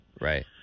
right